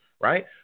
Right